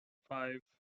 five